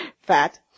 fat